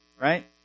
Right